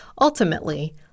Ultimately